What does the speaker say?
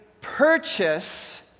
purchase